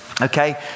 Okay